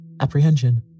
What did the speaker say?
apprehension